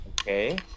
Okay